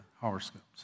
horoscopes